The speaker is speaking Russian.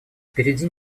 впереди